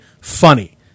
funny